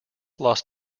lost